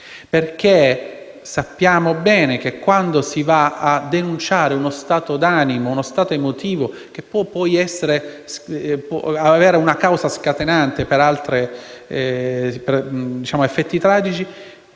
perché sappiamo bene che quando si va a denunciare uno stato d'animo, uno stato emotivo che può avere una causa scatenante per effetti tragici,